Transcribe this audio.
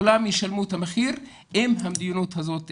כולם ישלמו את המחיר אם המדיניות הזאת תימשך.